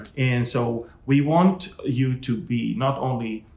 and so we want you to be not only,